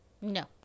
No